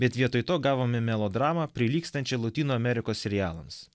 bet vietoj to gavome melodramą prilygstančią lotynų amerikos serialams